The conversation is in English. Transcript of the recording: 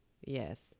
Yes